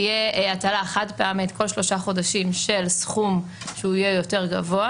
תהיה הטלה חד-פעמית כל שלושה חודשים של סכום גבוה יותר,